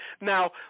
Now